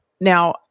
Now